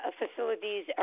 facilities